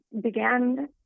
began